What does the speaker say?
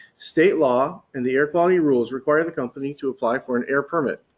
state law and the air quality rules require the company to apply for an air permit.